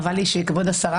חבל לי שכבוד השרה